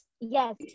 yes